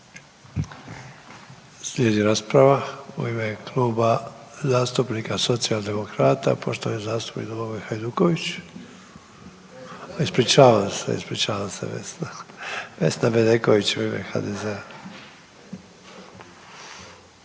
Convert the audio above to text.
Slijedi rasprava u ime Kluba zastupnika Socijaldemokrata, poštovani zastupnik Domagoj Hajduković. Ispričavam se, ispričavam se Vesna. Vesna Bedeković u ime HDZ-a.